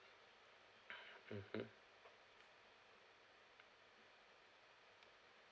mmhmm